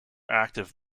active